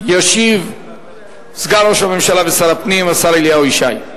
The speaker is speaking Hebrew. ישיב סגן ראש הממשלה ושר הפנים השר אליהו ישי.